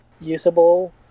usable